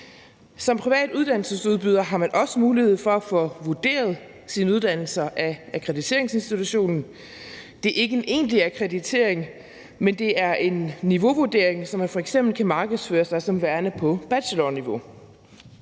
Som privat uddannelsesudbyder har man også mulighed for at få vurderet sine uddannelser af Danmarks Akkrediteringsinstitution. Det er ikke en egentlig akkreditering, men det er en niveauvurdering, så man f.eks. kan markedsføre sig som værende på bachelorniveau.